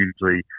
usually